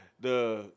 the-